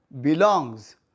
belongs